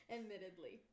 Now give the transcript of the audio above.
Admittedly